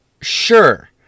sure